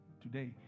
today